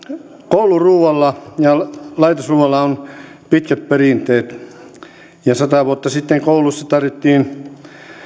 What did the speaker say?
kouluruualla ja laitosruualla on pitkät perinteet ja sata vuotta sitten kouluissa tarjottiin